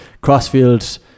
crossfield